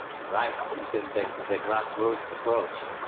right. this is the the grass root approach.